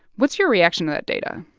what's your reaction to that data?